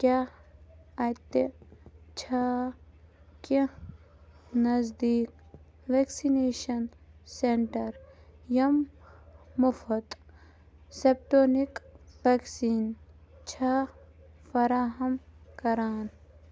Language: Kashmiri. کیٛاہ اتہِ چھا کیٚنٛہہ نٔزدیٖک ویکسِنیٚشن سینٹر یِم مُفٕت سُپُٹنِک ویکسیٖن چھِ فراہم کَران